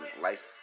life